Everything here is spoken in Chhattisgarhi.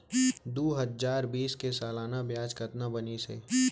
दू हजार बीस के सालाना ब्याज कतना बनिस?